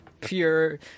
pure